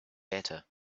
better